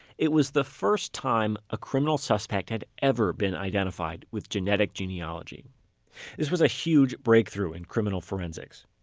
it was the first time a criminal suspect had ever been identified with genetic genealogy it was a huge breakthrough in criminal forensics.